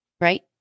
right